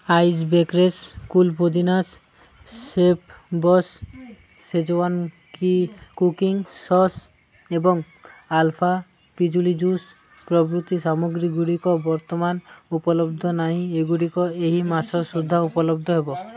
ice breakers cool ପୋଦିନାସ୍ chef boss schezwan kick cooking sauce ଏବଂ alpha ପିଜୁଳି ଜୁସ୍ ପ୍ରଭୃତି ସାମଗ୍ରୀଗୁଡ଼ିକ ବର୍ତ୍ତମାନ ଉପଲବ୍ଧ ନାହିଁ ଏଗୁଡ଼ିକ ଏହି ମାସ ସୁଦ୍ଧା ଉପଲବ୍ଧ ହେବ